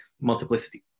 multiplicity